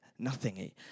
nothingy